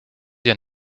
ihr